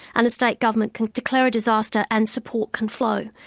and a state government can declare a disaster and support can flow.